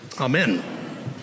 amen